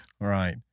right